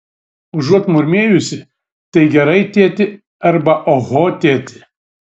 užuot murmėjusi tai gerai tėti arba oho tėti